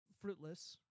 fruitless